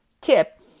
tip